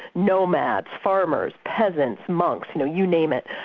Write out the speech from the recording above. nomads, farmers, peasants, monks, you know you name it,